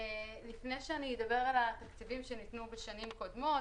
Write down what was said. לפני שאני אדבר על התקציבים שניתנו בשנים קודמות